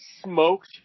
smoked